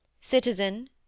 Citizen